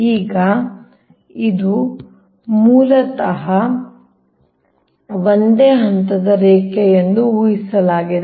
ಈಗ ಇದು ಮೂಲತಃ ಒಂದೇ ಹಂತದ ರೇಖೆ ಎಂದು ಊಹಿಸಲಾಗಿದೆ